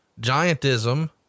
giantism